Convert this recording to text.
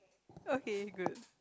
okay good